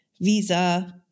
visa